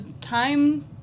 time